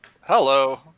Hello